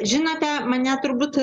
žinote mane turbūt